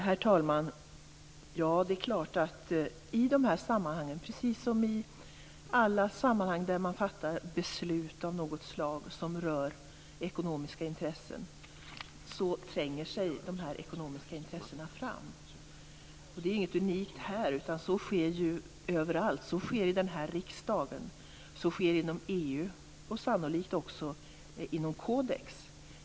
Herr talman! I dessa sammanhang, precis som i alla sammanhang där beslut fattas som rör ekonomiska intressen, tränger sig de ekonomiska intressena fram. Det är inget unikt här. Så sker överallt. Så sker i den här riksdagen, inom EU och sannolikt också inom Codex.